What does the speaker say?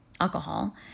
alcohol